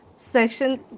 Section